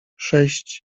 sześć